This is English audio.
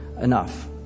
enough